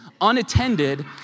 unattended